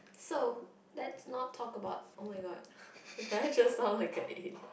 so let's not talk about oh-my-god did I just sound like a alien